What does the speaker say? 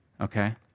Okay